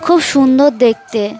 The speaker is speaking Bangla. খুব সুন্দর দেখতে